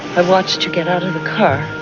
i've watched you get out of the car.